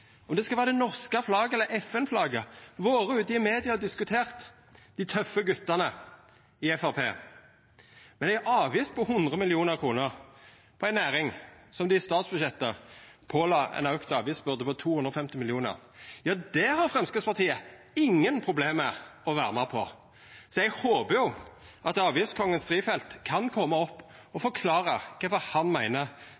om det skal vera det norske flagget eller FN-flagget. Det har dei vore ute i media og diskutert, dei tøffe gutane i Framstegspartiet. Men ei avgift på 100 mill. kr på ei næring som dei i statsbudsjettet påla ei auka avgiftsbyrd på 250 mill. kr, ja, det har Framstegspartiet ingen problem med å vera med på. Så eg håpar at avgiftskongen Strifeldt kan koma opp og